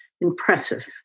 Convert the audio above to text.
Impressive